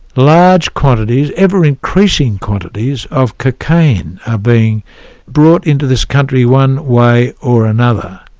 large quantities, ever increasing quantities of cocaine are being brought into this country one way or another,